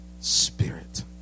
spirit